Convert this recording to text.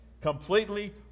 completely